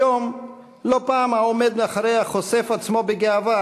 היום לא פעם העומד מאחוריה חושף עצמו בגאווה,